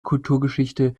kulturgeschichte